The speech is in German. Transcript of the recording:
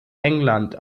england